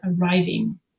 arriving